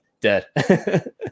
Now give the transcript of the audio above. dead